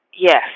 Yes